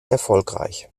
erfolgreich